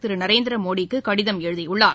திருநரேந்திரமோடிக்குகடிதம் எழுதியுள்ளார்